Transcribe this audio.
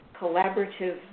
collaborative